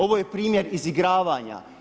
Ovo je primjer izigravanja.